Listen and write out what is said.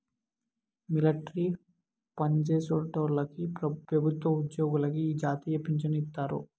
military పన్జేసేటోల్లకి పెబుత్వ ఉజ్జోగులకి ఈ జాతీయ పించను ఇత్తారు